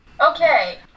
Okay